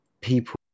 people